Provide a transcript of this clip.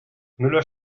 müller